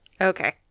Okay